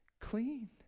clean